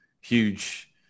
huge